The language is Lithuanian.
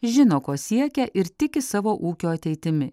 žino ko siekia ir tiki savo ūkio ateitimi